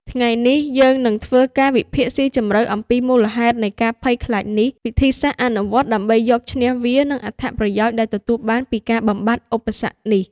ថ្ងៃនេះ យើងនឹងធ្វើការវិភាគស៊ីជម្រៅអំពីមូលហេតុនៃការភ័យខ្លាចនេះ វិធីសាស្ត្រអនុវត្តដើម្បីយកឈ្នះវា និងអត្ថប្រយោជន៍ដែលទទួលបានពីការបំបាត់ឧបសគ្គនេះ។